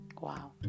Wow